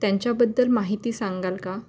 त्यांच्याबद्दल माहिती सांगाल का